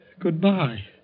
Goodbye